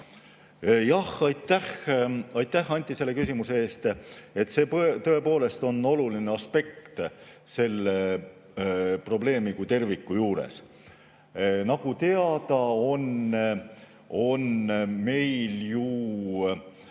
Jah, aitäh, Anti, selle küsimuse eest! See tõepoolest on oluline aspekt selle probleemi kui terviku juures. Nagu teada, on meil